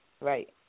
Right